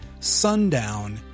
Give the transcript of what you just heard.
sundown